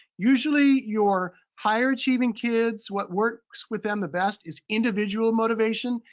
usually your higher achieving kids, what works with them, the best is individual motivation,